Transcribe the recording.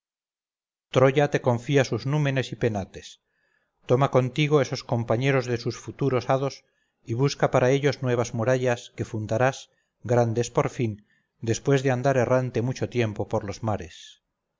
troya te confía sus númenes y penates toma contigo esos compañeros de sus futuros hados y busca para ellos nuevas murallas que fundarás grandes por fin después de andar errante mucho tiempo por los mares